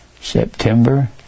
September